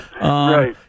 Right